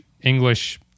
English